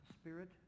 spirit